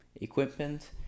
equipment